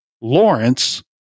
Lawrence